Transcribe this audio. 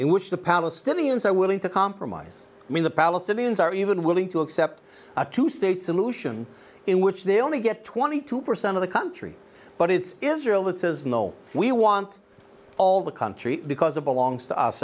in which the palestinians are willing to compromise when the palestinians are even willing to accept a two state solution in which they only get twenty two percent of the country but it's israel that says no we want all the country because it belongs to us